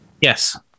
Yes